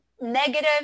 negative